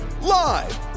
live